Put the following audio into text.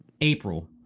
April